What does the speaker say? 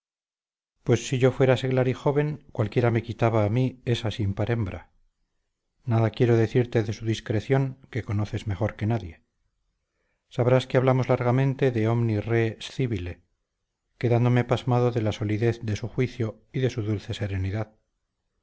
pues si yo fuera seglar y joven cualquiera me quitaba a mí esa sin par hembra nada quiero decirte de su discreción que conoces mejor que nadie sabrás que hablamos largamente de omni re scibile quedándome pasmado de la solidez de su juicio y de su dulce serenidad